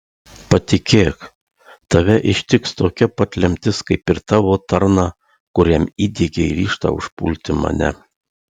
patikėk tave ištiks tokia pat lemtis kaip ir tavo tarną kuriam įdiegei ryžtą užpulti mane